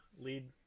lead